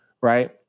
right